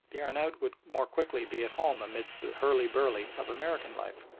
the arnaout would more quickly be at home amidst the hurly-burly of american life.